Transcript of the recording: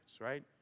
right